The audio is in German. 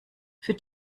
für